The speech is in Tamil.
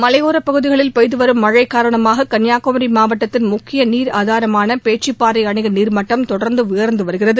மலையோரப் பகுதிகளில் பெய்துவரும் மழை காரணமாக கன்னியாகுமாி மாவட்டத்தின் முக்கிய நீர் ஆதாரமான பேச்சிப்பாறை அணையின் நீர்மட்டம் தொடர்ந்து உயர்ந்துவருகிறது